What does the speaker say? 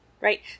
right